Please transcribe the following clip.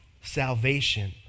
salvation